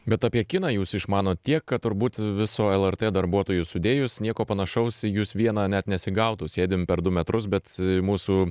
bet apie kiną jūs išmanot tiek kad turbūt viso lrt darbuotojus sudėjus nieko panašaus į jus vieną net nesigautų sėdim per du metrus bet mūsų